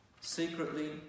secretly